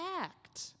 act